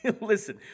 listen